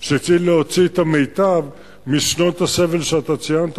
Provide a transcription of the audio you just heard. שצריך להוציא את המיטב משנות הסבל שאתה ציינת,